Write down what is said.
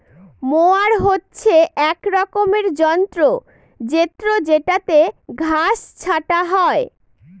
mower হচ্ছে এক রকমের যন্ত্র জেত্রযেটাতে ঘাস ছাটা হয়